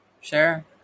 Sure